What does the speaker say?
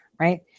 right